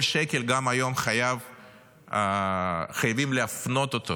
כל שקל, גם היום, חייבים להפנות אותו